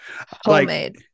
Homemade